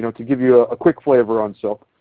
so to give you a ah quick flavor on silk.